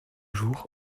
jours